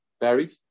buried